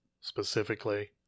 specifically